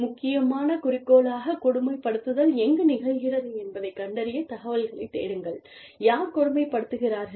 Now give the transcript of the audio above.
முக்கியமான குறிக்கோளாக கொடுமைப்படுத்துதல் எங்கு நிகழ்கிறது என்பதைக் கண்டறியத் தகவல்களைத் தேடுங்கள் யார் கொடுமைப்படுத்துகிறார்கள்